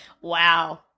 Wow